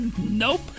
Nope